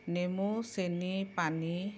নেমু চেনি পানী